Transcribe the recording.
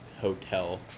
hotel